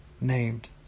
named